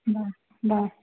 bye bye